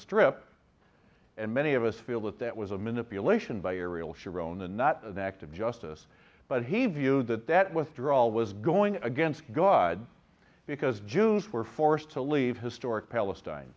strip and many of us feel that that was a minute the elation by ariel sharon and not an act of justice but he viewed that that withdrawal was going against god because jews were forced to leave historic palestine